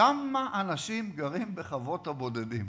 כמה אנשים גרים בחוות הבודדים?